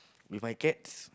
with my cats